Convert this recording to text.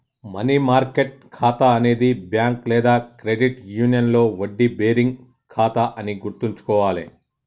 money market ఖాతా అనేది bank లేదా క్రెడిట్ యూనియన్లో వడ్డీ బేరింగ్ ఖాతా అని గుర్తుంచుకోవాలే